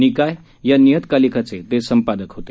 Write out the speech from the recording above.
निकाय या नियतकालिकाचे ते संपादक होते